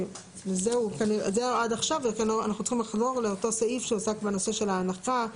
זהו עד עכשיו ואנחנו צריכים לחזור לאותו סעיף שעסק בנושא של הנחה,